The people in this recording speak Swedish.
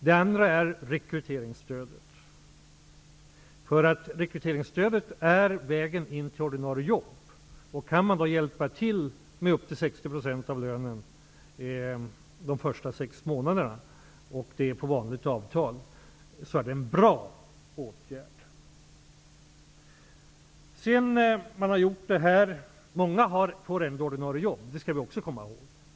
Den andra är rekryteringsstödet, för rekryteringsstödet är vägen in till ordinarie jobb. Kan man då hjälpa till med 60 % av lönen de första sex månaderna, och det på vanligt avtal, är det en bra åtgärd. Många av ungdomarna får ändå ordinarie jobb, det skall vi också komma ihåg.